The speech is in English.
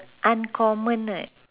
uncommon right